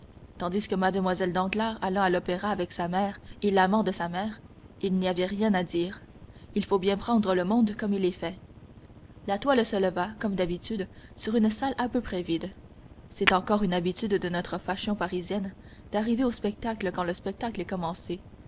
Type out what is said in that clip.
tandis que mlle danglars allant à l'opéra avec sa mère et l'amant de sa mère il n'y avait rien à dire il faut bien prendre le monde comme il est fait la toile se leva comme d'habitude sur une salle à peu près vide c'est encore une habitude de notre fashion parisienne d'arriver au spectacle quand le spectacle est commencé